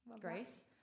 Grace